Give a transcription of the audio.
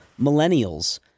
Millennials